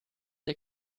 der